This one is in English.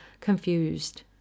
confused